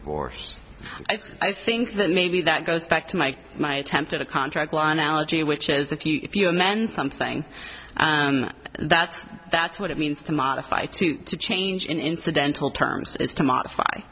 force i think that maybe that goes back to my my attempt at a contract law analogy which is if you if you amend something that's that's what it means to modify to change in incidental terms is to modify